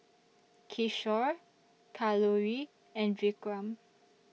Kishore Kalluri and Vikram